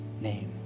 name